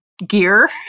Gear